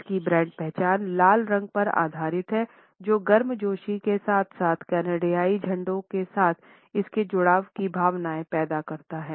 इसकी ब्रांड पहचान लाल रंग पर आधारित है जो गर्मजोशी के साथ साथ कनाडाई झंडा के साथ इसके जुड़ाव की भावनाएं पैदा करता है